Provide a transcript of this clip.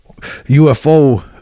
ufo